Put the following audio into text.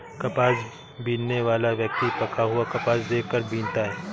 कपास बीनने वाला व्यक्ति पका हुआ कपास देख कर बीनता है